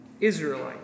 Israelite